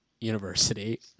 university